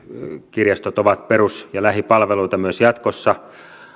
kirjastot ovat perus ja lähipalveluita myös jatkossa